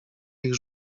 ich